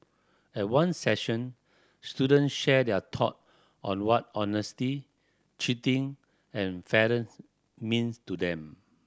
at one session student shared their thought on what honesty cheating and fairness means to them